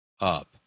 up